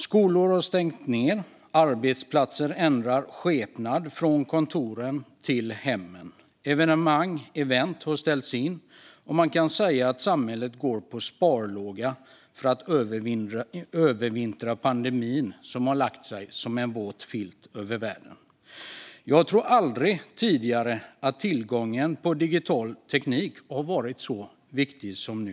Skolor har stängts ned, arbetsplatser ändrar skepnad från kontoren till hemmen, evenemang och event har ställts in, och man kan säga att samhället går på sparlåga för att övervintra den pandemi som har lagt sig som en våt filt över världen. Jag tror att tillgången till digital teknik aldrig har varit så viktig som nu.